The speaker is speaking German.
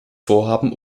vorhaben